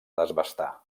desbastar